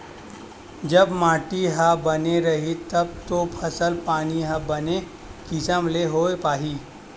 जब माटी ह बने रइही तब तो फसल पानी ह बने किसम ले होय पाही